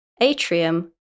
atrium